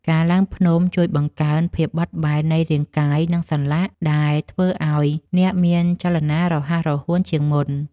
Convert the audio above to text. ការឡើងភ្នំជួយបង្កើនភាពបត់បែននៃរាងកាយ និងសន្លាក់ ដែលធ្វើឱ្យអ្នកមានចលនារហ័សរហួនជាងមុន។